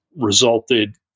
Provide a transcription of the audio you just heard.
resulted